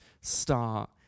start